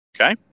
Okay